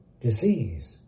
disease